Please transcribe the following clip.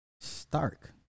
Stark